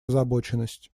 озабоченность